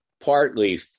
partly